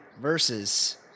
Versus